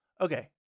Okay